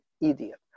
idiot